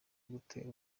gutera